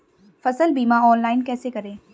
फसल बीमा ऑनलाइन कैसे करें?